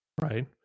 right